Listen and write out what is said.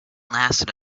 lasted